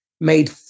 made